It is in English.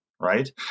right